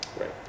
Right